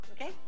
okay